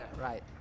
right